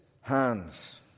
hands